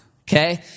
Okay